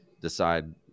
decide